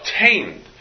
obtained